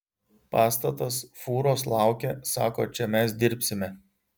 pastatas fūros laukia sako čia mes dirbsime